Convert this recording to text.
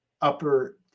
upper